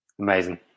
Amazing